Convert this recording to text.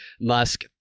Musk